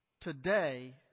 today